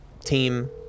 team